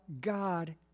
God